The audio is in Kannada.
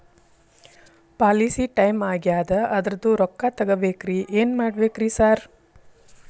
ಪಾಲಿಸಿ ಟೈಮ್ ಆಗ್ಯಾದ ಅದ್ರದು ರೊಕ್ಕ ತಗಬೇಕ್ರಿ ಏನ್ ಮಾಡ್ಬೇಕ್ ರಿ ಸಾರ್?